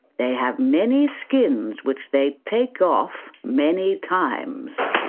they have many skins which they take off many times.